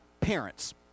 parents